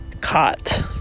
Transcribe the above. caught